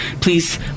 please